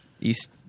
East